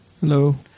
Hello